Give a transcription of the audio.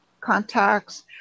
contacts